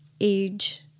age